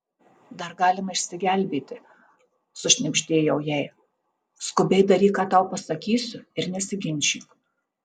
dar galima išsigelbėti sušnibždėjau jai skubiai daryk ką tau pasakysiu ir nesiginčyk